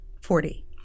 forty